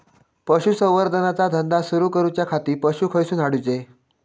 पशुसंवर्धन चा धंदा सुरू करूच्या खाती पशू खईसून हाडूचे?